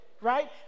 right